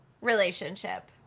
relationship